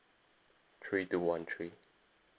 three two one three